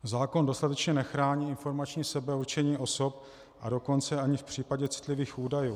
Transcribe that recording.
Zákon dostatečně nechrání informační sebeurčení osob, a dokonce ani v případě citlivých údajů.